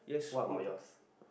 what about yours